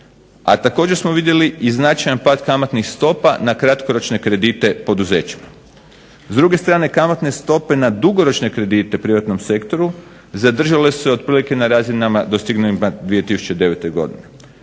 A također smo vidjeli značajan pad kamatnih stopa na kratkoročne kredite poduzeća. S druge strane kamatne stope na dugoročne kredite privatnom sektoru zadržale su se otprilike na razinama dostignutima 2009. godine.